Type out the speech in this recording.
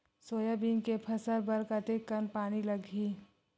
Soybean के फसल बर कतेक कन पानी लगही?